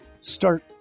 start